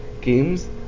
games